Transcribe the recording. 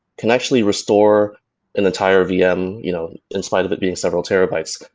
can actually restore an entire vm you know in spite of it being several terabytes,